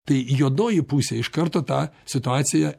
tai juodoji pusė iš karto tą situaciją